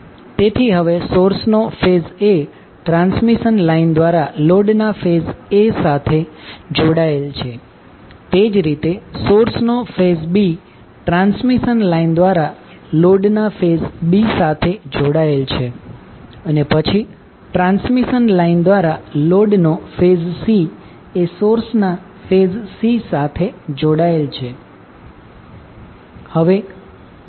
તેથી હવે સોર્સનો ફેઝ A ટ્રાન્સમિશન લાઇન દ્વારા લોડના ફેઝ A સાથે જોડાયેલ છે તે જ રીતે સોર્સનો ફેઝ B ટ્રાન્સમિશન લાઇન દ્વારા લોડના ફેઝ B સાથે જોડાયેલ છે અને પછી ટ્રાન્સમિશન લાઇન દ્વારા લોડનો ફેઝ C એ સોર્સના ફેઝ C સાથે જોડાયેલ છે